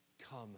come